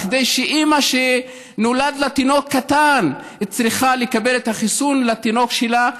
כדי שאימא שנולד לה תינוק קטן תקבל חיסון לתינוק שלה,